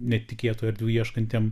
netikėtų erdvių ieškantiem